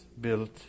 built